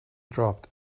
dropped